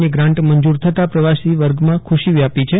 ની ગ્રાન્ટ મંજૂર થતાં પ્રવાસી વર્ગમાં ખુશી વ્યાપી છે